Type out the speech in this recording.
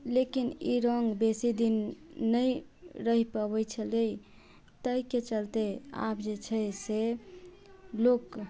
लेकिन ई रङ्ग बेसी दिन नहि रहि पबै छलै ताहिके चलते आब जे छै से लोक